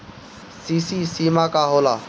CC सीमा का होला?